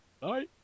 Bye